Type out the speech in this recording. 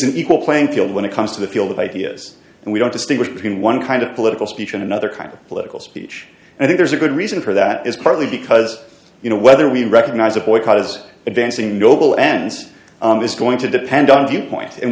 an equal playing field when it comes to the field of ideas and we don't distinguish between one kind of political speech and another kind of political speech and there's a good reason for that is partly because you know whether we recognize a boycott as advancing noble ends is going to depend on the point and